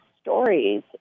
stories